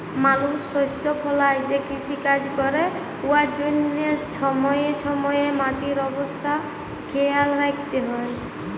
মালুস শস্য ফলাঁয় যে কিষিকাজ ক্যরে উয়ার জ্যনহে ছময়ে ছময়ে মাটির অবস্থা খেয়াল রাইখতে হ্যয়